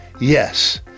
Yes